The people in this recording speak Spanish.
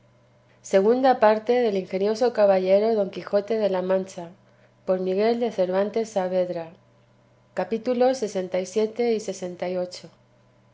segunda parte del ingenioso caballero don quijote de la mancha por miguel de cervantes saavedra y no hallo en